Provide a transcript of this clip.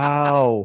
Wow